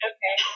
Okay